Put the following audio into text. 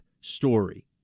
story